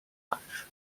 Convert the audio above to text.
much